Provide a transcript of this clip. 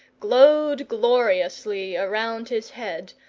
glowed gloriously around his head,